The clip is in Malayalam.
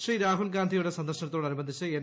ശ്രീ രാഹുൽ ഗാന്ധിയുടെ സന്ദർശ്നത്തോട് അനുബന്ധിച്ച് എൻ